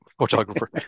photographer